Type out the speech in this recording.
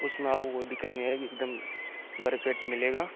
उसमें आपको कोई दिक्कत नहीं आएगी एकदम भरपेट मिलेगा